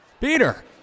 Peter